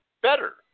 better